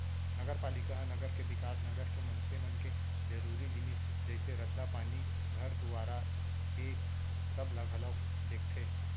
नगरपालिका ह नगर के बिकास, नगर के मनसे मन के जरुरी जिनिस जइसे रद्दा, पानी, घर दुवारा ऐ सब ला घलौ देखथे